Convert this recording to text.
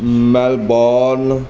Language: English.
Melbourne